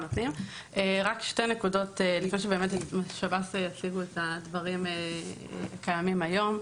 שתי נקודות לפני ששב"ס יציגו את הדברים שקיימים היום.